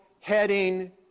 heading